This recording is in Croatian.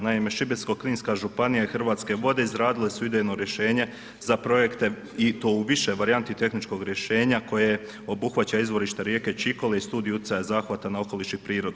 Naime, Šibensko-kninska županija i Hrvatske vode izradile su idejno rješenje za projekte i to u više varijanti tehničkog rješenja koje obuhvaća izvorište rijeke Čikole i studiju utjecaja zahvata na okoliš i prirodu.